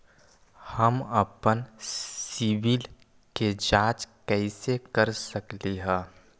हम अपन सिबिल के जाँच कइसे कर सकली ह?